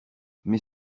mais